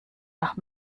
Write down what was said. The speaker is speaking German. nach